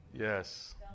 yes